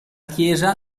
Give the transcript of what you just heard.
chiesa